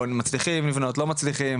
מצליחים לבנות או לא מצליחים?